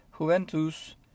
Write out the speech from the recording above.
Juventus